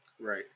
Right